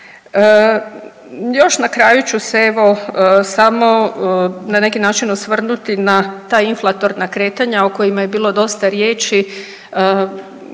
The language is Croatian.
Još na kraju ću se evo samo na neki način osvrnuti na ta inflatorna kretanja o kojima je bilo dosta riječi